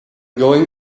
going